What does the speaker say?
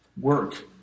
work